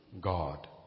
God